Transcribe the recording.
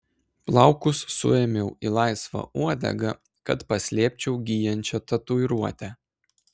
plaukus suėmiau į laisvą uodegą kad paslėpčiau gyjančią tatuiruotę